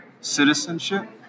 citizenship